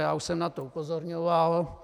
Já už jsem na to upozorňoval.